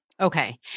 Okay